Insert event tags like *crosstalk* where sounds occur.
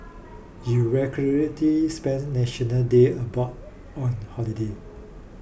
you *unintelligible* spend National Day abroad on holiday